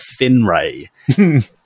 Finray